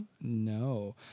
no